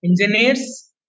engineers